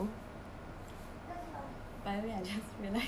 by the way I just realised something